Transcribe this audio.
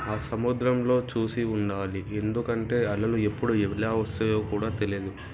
ఆ సముద్రంలో చూసి ఉండాలి ఎందుకంటే అలలు ఎప్పుడు ఎలా వస్తాయో కూడా తెలియదు